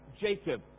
Jacob